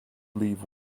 leave